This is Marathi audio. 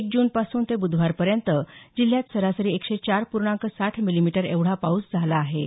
एक जून पासून ते बूधवारपर्यत जिल्ह्यात सरासरी एकशे चार पूर्णांक साठ मिलीमीटर एवढा पाऊस झाला आहे